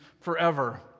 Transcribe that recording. forever